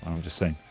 just saying